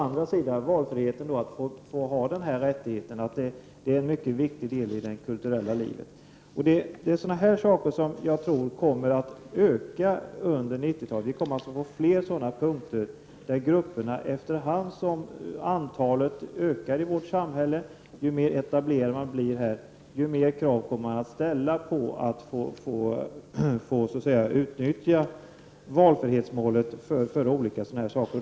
Å andra sidan gäller enligt valfrihetsmålet att få ha den här rättigheten, eftersom det är en viktig del i det kulturella livet. Sådana här saker tror jag kommer att öka under 90-talet. Allteftersom grupperna ökar i antal i vårt samhälle och ju mer etablerade de blir, desto större krav kommer att ställas på att få utnyttja valfrihetsmålet för sådana här saker.